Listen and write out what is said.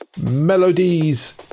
melodies